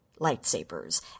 lightsabers